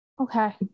okay